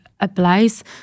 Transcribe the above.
applies